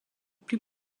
plus